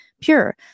pure